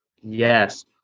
Yes